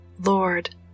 Lord